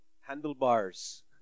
handlebars